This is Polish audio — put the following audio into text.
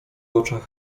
oczach